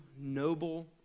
noble